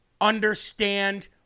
understand